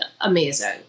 amazing